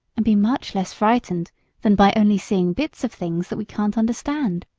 and be much less frightened than by only seeing bits of things that we can't understand.